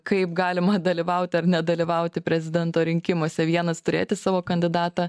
kaip galima dalyvaut ar nedalyvauti prezidento rinkimuose vienas turėti savo kandidatą